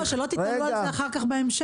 לא, שלא תתלו על זה אחר כך בהמשך.